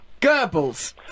Goebbels